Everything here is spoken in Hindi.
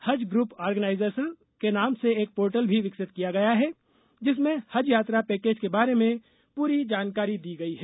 हज ग्रुप ऑर्गेनाइजर्स के नाम से एक पोर्टल भी विकसित किया गया है जिसमें हज यात्रा पैकेज के बारे में पूरी जानकारी दी गई है